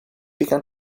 began